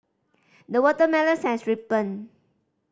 the watermelons has ripened